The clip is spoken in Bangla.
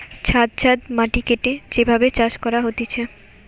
ছাদ ছাদ মাটি কেটে যে ভাবে চাষ করা হতিছে